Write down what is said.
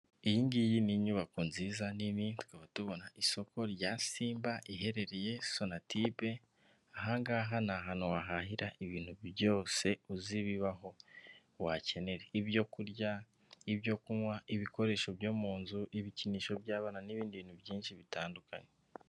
Iyi ngiyi ni inyubako nziza nini tukaba tubona isoko rya simba iherereye sonatube ahangaha ni ahantu wahahira ibintu byose uzi bibaho wakenera ibyo kurya, ibyo kunywa, ibikoresho byo mu nzu, ibikinisho by'abana, n'ibindi bintu byinshi bitandukanye.